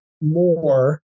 more